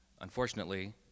unfortunately